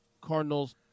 Cardinals